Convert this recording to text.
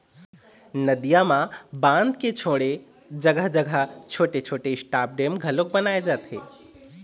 नदियां म बांध के छोड़े जघा जघा छोटे छोटे स्टॉप डेम घलोक बनाए जाथे